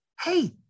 hey